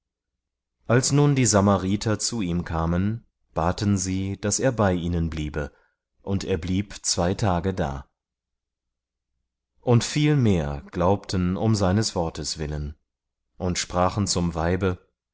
als nun die samariter zu ihm kamen baten sie ihn daß er bei ihnen bliebe und er blieb zwei tage da und viel mehr glaubten um seines wortes willen und sprachen zum weibe